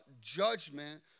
judgment